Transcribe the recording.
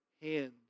Hands